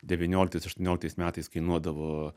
devynioliktais aštuonioliktais metais kainuodavo